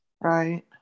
right